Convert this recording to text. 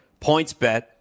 PointsBet